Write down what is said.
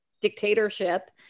dictatorship